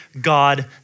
God